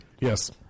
Yes